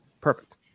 perfect